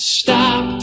stop